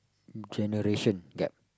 generation gap